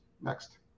next